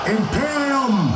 Imperium